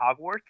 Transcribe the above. Hogwarts